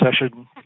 session